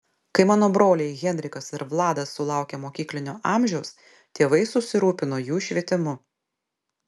kai mano broliai henrikas ir vladas sulaukė mokyklinio amžiaus tėvai susirūpino jų švietimu